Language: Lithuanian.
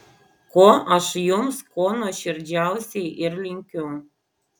ko aš jums kuo nuoširdžiausiai ir linkiu